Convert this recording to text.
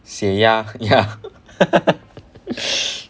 血压 ya